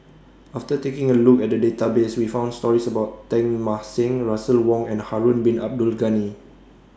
after taking A Look At The Database We found stories about Teng Mah Seng Russel Wong and Harun Bin Abdul Ghani